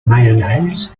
mayonnaise